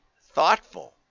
thoughtful